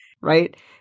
right